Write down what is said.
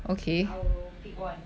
I will pick one